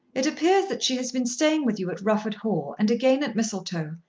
it appears that she has been staying with you at rufford hall, and again at mistletoe,